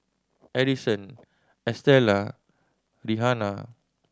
Adison Estela Rihanna